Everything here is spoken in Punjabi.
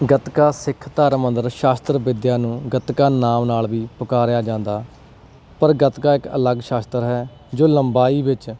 ਗਤਕਾ ਸਿੱਖ ਧਰਮ ਅੰਦਰ ਸ਼ਾਸਤਰ ਵਿੱਦਿਆ ਨੂੰ ਗਤਕਾ ਨਾਮ ਨਾਲ ਵੀ ਪੁਕਾਰਿਆ ਜਾਂਦਾ ਪਰ ਗਤਕਾ ਇੱਕ ਅਲੱਗ ਸ਼ਾਸਤਰ ਹੈ ਜੋ ਲੰਬਾਈ ਵਿੱਚ